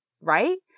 right